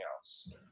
else